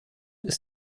ist